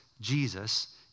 Jesus